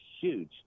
huge